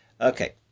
Okay